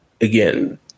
again